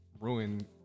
ruin